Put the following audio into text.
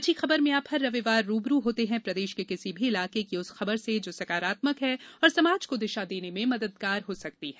अच्छी खबर में आप हर रविवार रू ब रू होते हैं प्रदेश के किसी भी इलाके की उस खबर से जो सकारात्मक है और समाज को दिशा देने में मददगार हो सकती है